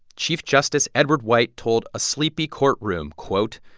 chief justice edward white told a sleepy courtroom, quote,